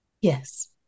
Yes